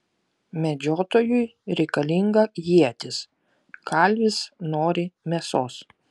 medžiotojui reikalinga ietis kalvis nori mėsos